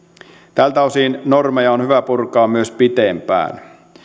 tältä osin normeja on hyvä purkaa myös pitempään